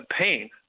pain